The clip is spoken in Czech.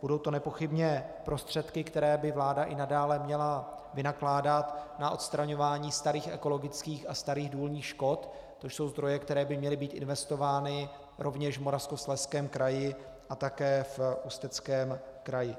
Budou to nepochybně prostředky, které by vláda i nadále měla vynakládat na odstraňování starých ekologických a starých důlních škod, což jsou zdroje, které by měly být investovány rovněž v Moravskoslezském kraji a také v Ústeckém kraji.